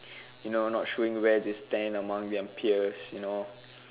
you know not showing where they stand among young peers you know